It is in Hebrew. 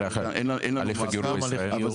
של הליך הגיור בישראל.